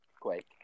...quake